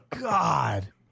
God